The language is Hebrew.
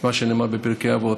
מה שנאמר בפרקי אבות: